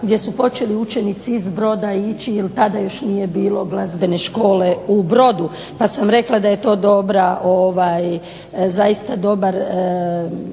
gdje su počeli učenici iz Broda ići jer tada još nije bilo glazbene škole u Brodu, pa sam rekla da je to dobra zaista dobar